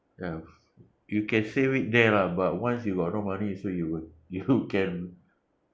ya you can save it there lah but once you got no money also you would you can